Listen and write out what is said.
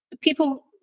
people